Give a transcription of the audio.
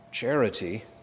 Charity